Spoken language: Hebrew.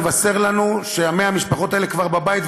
לבשר לנו ש-100 המשפחות האלה כבר בבית,